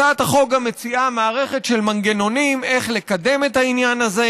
הצעת החוק גם מציעה מערכת של מנגנונים איך לקדם את העניין הזה,